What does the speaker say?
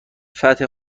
فتح